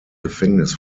gefängnis